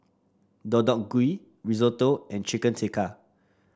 Deodeok Gui Risotto and Chicken Tikka